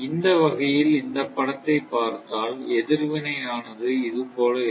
இந்த வகையில் இந்த படத்தை பார்த்ததால் எதிர்வினை ஆனது இது போல இருக்கும்